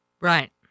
Right